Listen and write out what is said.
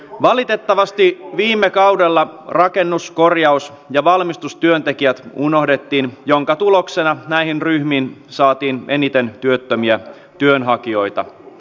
valitettavasti viime kaudella rakennus korjaus ja valmistustyöntekijät unohdettiin minkä tuloksena näihin ryhmiin saatiin eniten työttömiä työnhakijoita